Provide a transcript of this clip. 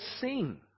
sing